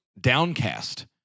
downcast